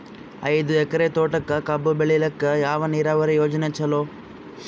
ಐದು ಎಕರೆ ತೋಟಕ ಕಬ್ಬು ಬೆಳೆಯಲಿಕ ಯಾವ ನೀರಾವರಿ ಯೋಜನೆ ಚಲೋ?